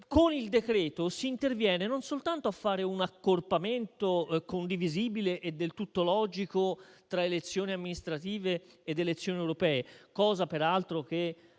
Con il decreto si interviene a operare un accorpamento, condivisibile e del tutto logico, tra elezioni amministrative ed elezioni europee, cosa che, peraltro,